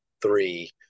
three